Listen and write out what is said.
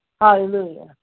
Hallelujah